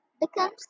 becomes